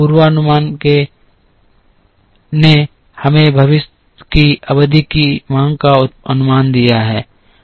पूर्वानुमान ने हमें भविष्य की अवधि की मांग का अनुमान दिया है